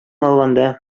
алганда